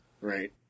Right